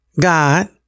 God